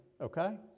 Okay